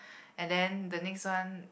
and then the next one